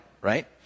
right